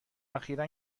اخیرا